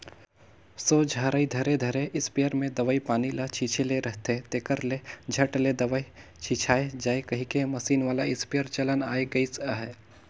सोझ हरई धरे धरे इस्पेयर मे दवई पानी ल छीचे ले रहथे, तेकर ले झट ले दवई छिचाए जाए कहिके मसीन वाला इस्पेयर चलन आए गइस अहे